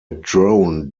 drone